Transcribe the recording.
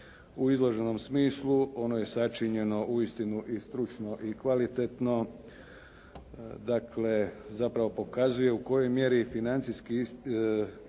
U izloženom smislu ono je sačinjeno uistinu i stručno i kvalitetno. Dakle, zapravo pokazuje u kojoj mjeri je financijski izvještaj